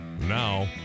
Now